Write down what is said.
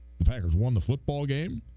the tigers won the football game